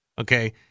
Okay